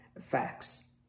facts